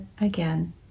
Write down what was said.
again